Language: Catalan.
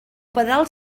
pedal